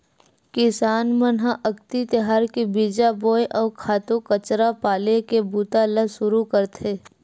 किसान मन ह अक्ति तिहार ले बीजा बोए, अउ खातू कचरा पाले के बूता ल सुरू करथे